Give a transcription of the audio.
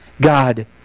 God